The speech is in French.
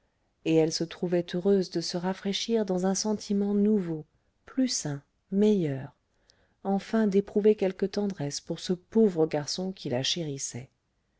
et elle se trouvait heureuse de se rafraîchir dans un sentiment nouveau plus sain meilleur enfin d'éprouver quelque tendresse pour ce pauvre garçon qui la chérissait